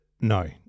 no